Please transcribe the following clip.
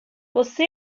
você